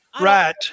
Right